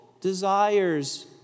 desires